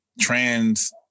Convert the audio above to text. Trans